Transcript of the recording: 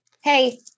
hey